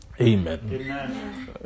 Amen